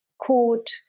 court